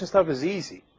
is ah is easy